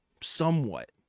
Somewhat